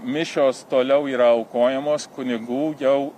mišios toliau yra aukojamos kunigų jau